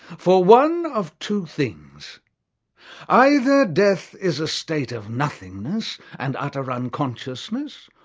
for one of two things either death is a state of nothingness and utter unconsciousness,